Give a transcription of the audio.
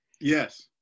Yes